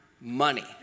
money